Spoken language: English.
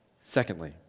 Secondly